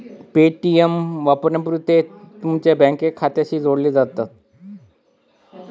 Paytm वापरण्यापूर्वी ते तुमच्या बँक खात्याशी जोडले जाते